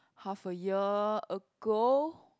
half a year ago